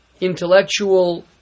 intellectual